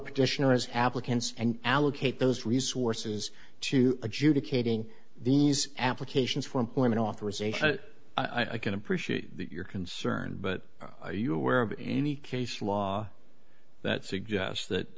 petitioners applicants and allocate those resources to adjudicating these applications for employment authorization i can appreciate your concern but are you aware of any case law that suggests that